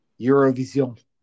Eurovision